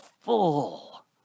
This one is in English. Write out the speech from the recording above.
full